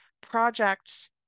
project